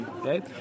okay